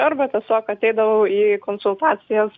arba tiesiog ateidavau į konsultacijas